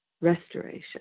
restoration